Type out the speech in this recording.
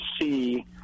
see